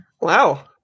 Wow